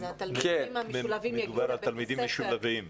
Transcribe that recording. אם כן, התלמידים המשולבים יגיעו לבית הספר?